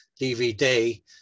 DVD